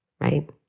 right